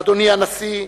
אדוני הנשיא,